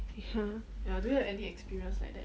ya